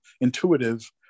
intuitive